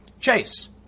Chase